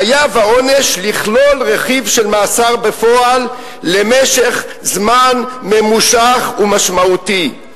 חייב העונש לכלול רכיב של מאסר בפועל למשך זמן ממושך ומשמעותי.